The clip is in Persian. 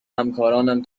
همکارانم